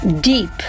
Deep